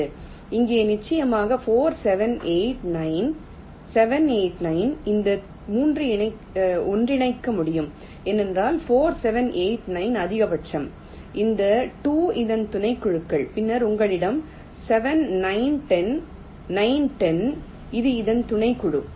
இங்கே நிச்சயமாக 4 7 8 9 7 8 9 இந்த 3 ஒன்றிணைக்க முடியும் ஏனெனில் 4 7 8 9 அதிகபட்சம் இந்த 2 இதன் துணைக்குழுக்கள் பின்னர் உங்களிடம் 7 9 10 9 10 துணைக்குழு உள்ளது